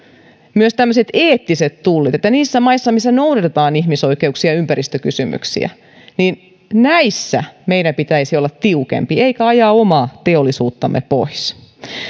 myös tämmöiset eettiset tullit niissä maissa missä noudatetaan ihmisoikeuksia ja ympäristökysymyksiä näissä meidän pitäisi olla tiukempi eikä ajaa omaa teollisuuttamme pois